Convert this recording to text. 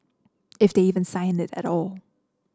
if they even sign it at all